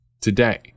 today